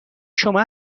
شما